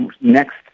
next